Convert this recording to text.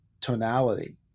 tonality